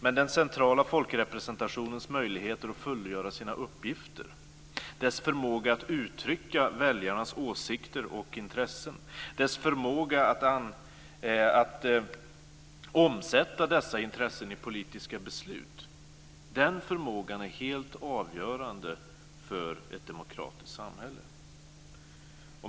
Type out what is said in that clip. Men den centrala folkrepresentationens möjligheter att fullgöra sina uppgifter, dess förmåga att uttrycka väljarnas åsikter och intressen, dess förmåga att omsätta dessa intressen i politiska beslut, är helt avgörande för ett demokratiskt samhälle.